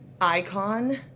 icon